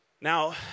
now